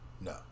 No